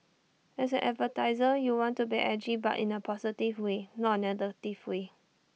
as an advertiser you want to be edgy but in A positive way not A negative way